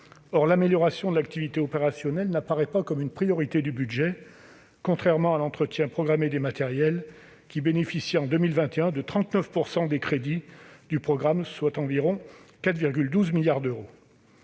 Or l'amélioration de l'activité opérationnelle n'apparaît pas comme une priorité du budget, contrairement à l'entretien programmé des matériels (EPM), qui bénéficie en 2021 de 39 % des crédits du programme, soit 4,12 milliards d'euros.